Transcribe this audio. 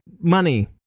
money